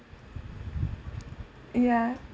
ya